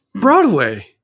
Broadway